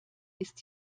ist